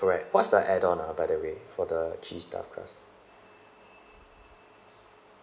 correct what's the add on ah by the way for the cheese stuffed crust